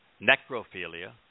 Necrophilia